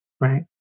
right